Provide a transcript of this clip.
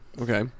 Okay